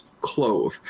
clove